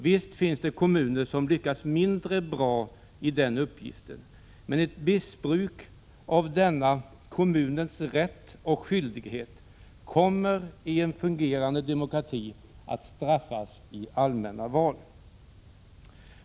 Visst finns det kommuner som lyckats mindre bra med den uppgiften, men ett missbruk av denna kommunens rätt och skyldighet kommer i en fungerande demokrati att straffas i allmänna val.